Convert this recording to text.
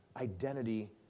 identity